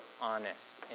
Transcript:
honest